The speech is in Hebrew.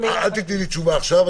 אל תתני לי תשובה עכשיו,